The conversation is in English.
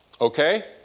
Okay